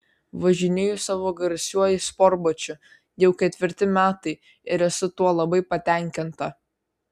važinėju savo garsiuoju sportbačiu jau ketvirti metai ir esu tuo labai patenkinta